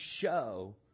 show